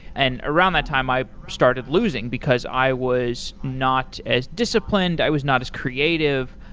and around that time i started losing because i was not as disciplined. i was not as creative.